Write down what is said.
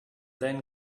then